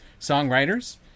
songwriters